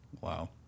Wow